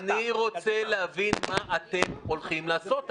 אני רוצה להבין מה אתם הולכים לעשות.